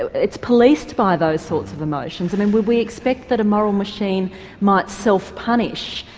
it's policed by those sorts of emotions. and and would we expect that a moral machine might self-punish,